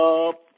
up